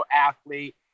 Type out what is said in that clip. athlete